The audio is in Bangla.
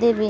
দেবে?